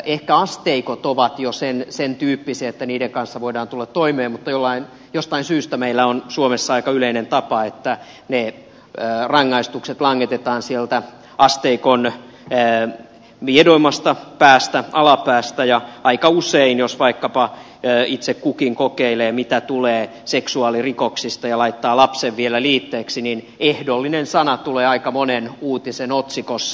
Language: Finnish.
ehkä asteikot ovat jo sentyyppisiä että niiden kanssa voidaan tulla toimeen mutta jostain syystä meillä on suomessa aika yleinen tapa että ne rangaistukset langetetaan sieltä asteikon miedoimmasta päästä alapäästä ja aika usein jos vaikkapa itse kukin kokeilee mitä tulee seksuaalirikoksista ja laittaa lapsen vielä liitteeksi ehdollinen sana tulee aika monen uutisen otsikossa